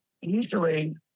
Usually